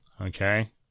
okay